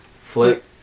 Flip